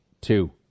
two